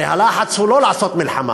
הרי הלחץ הוא לא לעשות מלחמה,